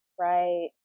Right